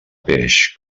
peix